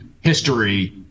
history